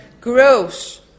gross